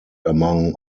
among